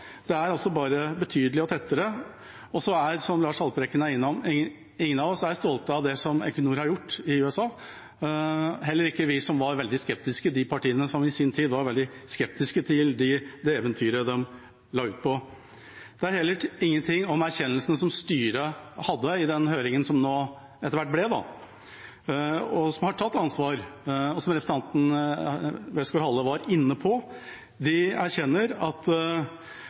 Det er bare «betydelig» og «tettere». Som representanten Lars Haltbrekken var inne på, er ingen av oss stolte over hva Equinor har gjort i USA, heller ikke de partiene som i sin tid var veldig skeptiske til det eventyret de la ut på. Det er heller ingenting om erkjennelsen som styret hadde i den høringen som etter hvert ble, at de har tatt ansvar. Som representanten Westgaard-Halle var inne på, erkjenner de at